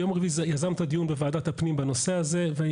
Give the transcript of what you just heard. בנושא הזה יזמת דיון בוועדת הפנים והוא יתקיים ביום